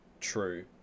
True